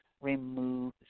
remove